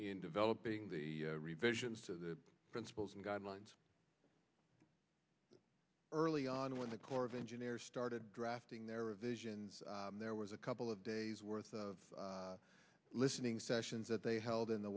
in developing the revisions to the principles and guidelines early on when the corps of engineers started drafting their revisions there was a couple of days worth of listening sessions that they held in the